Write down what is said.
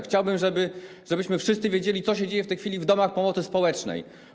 Chciałbym, żebyśmy wszyscy wiedzieli, co się dzieje w tej chwili w domach pomocy społecznej.